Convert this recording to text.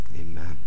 amen